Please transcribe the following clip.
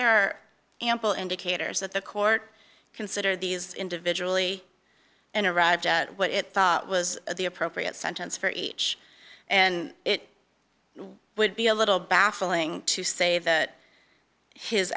there are ample indicators that the court consider these individual e and arrived at what it thought was the appropriate sentence for each and it would be a little baffling to say that his